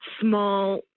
small